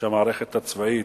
שהמערכת הצבאית,